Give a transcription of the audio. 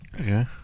Okay